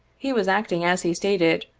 he was acting, as he stated,